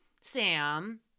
Sam